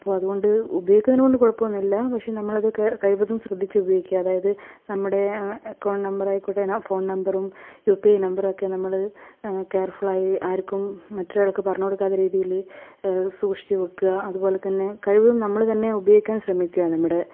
അപ്പോൾ അതുകൊണ്ട് ഉപയോഗിക്കുന്നതിനെക്കൊണ്ട് കുഴപ്പമൊന്നുമില്ല പക്ഷേ നമ്മളത് കഴിവതും ശ്രദ്ധിച്ച് ഉപയോഗിക്കുക അതായത് നമ്മുടെ അക്കൌണ്ട് നമ്പർ ആയിക്കോട്ടെ ഫോൺ നമ്പറും യു പി ഐ നമ്പർ ഒക്കെ നമ്മള് കെയർഫുൾ ആയി ആർക്കും മറ്റൊരാൾക്ക് പറഞ്ഞുകൊടുക്കാത്ത രീതിയില് സൂക്ഷിച്ച് വയ്ക്കുക അതുപോലെ തന്നെ കഴിവതും നമ്മള് തന്നെ ഉപയോഗിക്കാൻ ശ്രമിക്കുക നമ്മുടെ